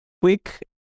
quick